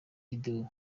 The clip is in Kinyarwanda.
video